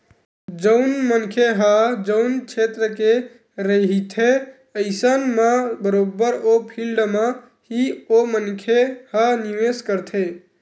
जउन मनखे ह जउन छेत्र के रहिथे अइसन म बरोबर ओ फील्ड म ही ओ मनखे ह निवेस करथे